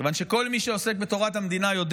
מכיוון שכל מי שעוסק בתורת המדינה יודע